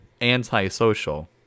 anti-social